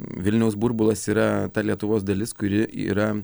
vilniaus burbulas yra ta lietuvos dalis kuri yra